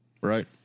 Right